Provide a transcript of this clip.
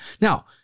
Now